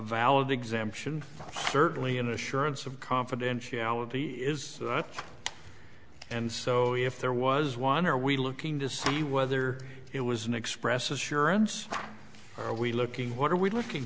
valid exemption certainly an assurance of confidentiality and so if there was one are we looking to see whether it was an expressive surance are we looking what are we looking